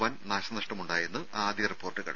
വൻ നാശനഷ്ടമുണ്ടായെന്ന് ആദ്യ റിപ്പോർട്ടുകൾ